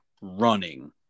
running